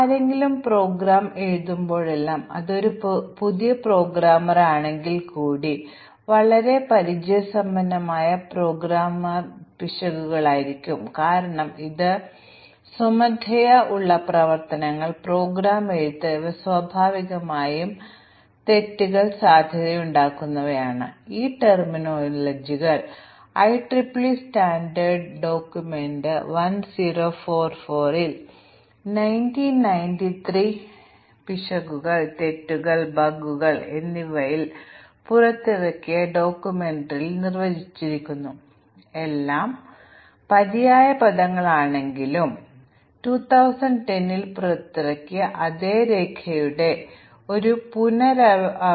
അതിനാൽ ഒരു പ്രോഗ്രാം എഴുതുമ്പോൾ ഒരു പ്രോഗ്രാമർ ചെയ്യുന്ന വിവിധ തരം ലളിതമായ പ്രോഗ്രാമിംഗ് ബഗുകൾ ഞങ്ങൾ അവതരിപ്പിക്കുന്നു ചില ഉദാഹരണങ്ങൾ ഒരു സ്റ്റേറ്റ്മെൻറ് ഇല്ലാതാക്കുന്നു ഒരു അരിതമെറ്റിക് ഓപ്പറേറ്ററെ മാറ്റുന്നു കാരണം ഇവയും ഒരു സാധാരണ പ്രോഗ്രാമിംഗ് പിശക് ആണ് കാരണം പ്രോഗ്രാമർ തെറ്റായി മറ്റൊരു ഓപ്പറേറ്റർ എഴുതി തുടർന്ന് അദ്ദേഹം ഉദ്ദേശിച്ചത് ഒരുപക്ഷേ ഒരു പ്ലസ് മൈനസ് അല്ലെങ്കിൽ മറ്റെന്തെങ്കിലും ഉപയോഗിച്ച് മാറ്റി ഒരു കോൺസ്റ്റന്റ്ന്റെ മൂല്യം മാറ്റുക ഒരു ഡാറ്റ ടൈപ്പ് മാറ്റുക ഒരു റിലേഷണൽ ഓപ്പറേറ്റർ മാറ്റുക ഒരു റിലേഷണൽ ഓപ്പറേറ്ററുടെ ബൌണ്ട് മാറ്റുക തുടങ്ങിയവ